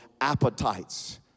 appetites